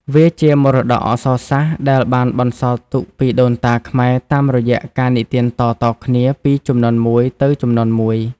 វាជាមរតកអក្សរសាស្ត្រដែលបានបន្សល់ទុកពីដូនតាខ្មែរតាមរយៈការនិទានតៗគ្នាពីជំនាន់មួយទៅជំនាន់មួយ។